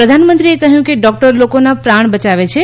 પ્રધાનમંત્રીએ કહ્યું કે ડોકટર લોકોના પ્રાણ બયાવે છે